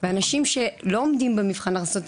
ואנשים שלא עומדים במבחן הכנסות,